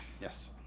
Yes